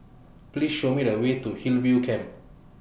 Please Show Me The Way to Hillview Camp